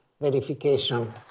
verification